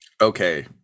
Okay